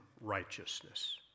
righteousness